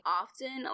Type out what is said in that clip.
often